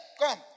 come